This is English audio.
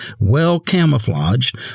well-camouflaged